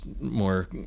more